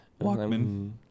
Walkman